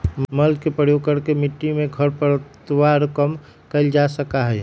mulch के प्रयोग करके मिट्टी में खर पतवार कम कइल जा सका हई